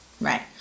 Right